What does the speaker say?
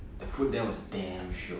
the food there was damn shiok